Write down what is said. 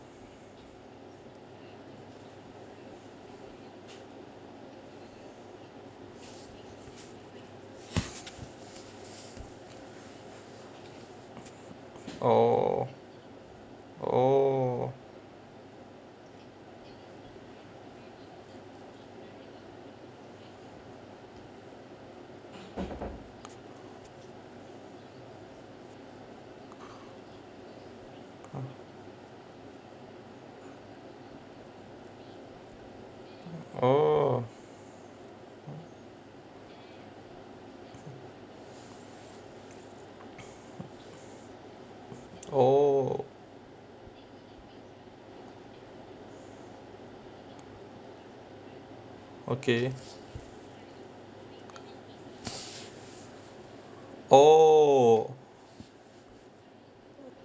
oh oh oh oh okay oh